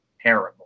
terrible